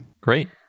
Great